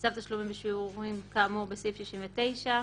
צו תשלום בשיעורים כאמור בסעיף69,